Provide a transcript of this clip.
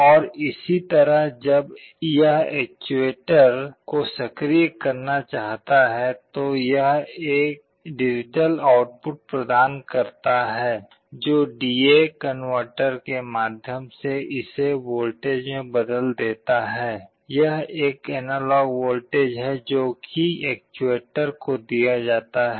और इसी तरह जब यह एक्च्युएटर को सक्रिय करना चाहता है तो यह एक डिजिटल आउटपुट प्रदान करता है जो डी ए कनवर्टर के माध्यम से इसे वोल्टेज में बदल देता है यह एक एनालॉग वोल्टेज है जो एक एक्च्युएटर को दिया जाता है